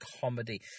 comedy